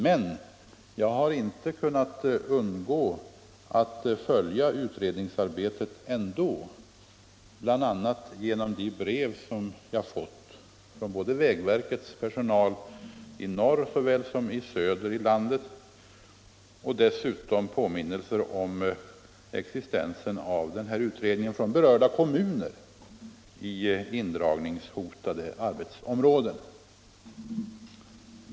Men jag har inte kunnat undgå att följa utredningsarbetet, bl.a. genom de brev jag fått från vägverkets personal såväl i norr som i söder och dessutom genom påminnelser från berörda kommuner i indragningshotade arbetsområden om den här utredningens existens.